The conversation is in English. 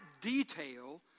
detail